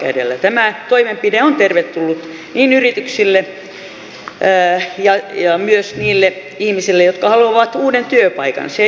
tämä toimenpide on tervetullut yrityksille ja myös niille ihmisille jotka haluavat uuden työpaikan se edistää sitä